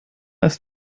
ist